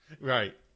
Right